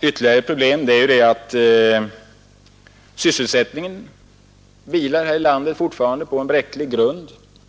Ytterligare ett problem är ju att sysselsättningen här i landet fortfarande vilar på en bräcklig grund.